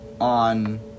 on